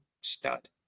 stud